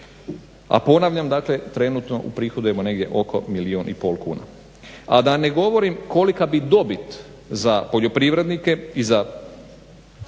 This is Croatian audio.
a ponavljam dakle trenutno u prihodujemo negdje oko milijun i pol kuna. A da ne govorim kolika bi dobit za poljoprivrednike i za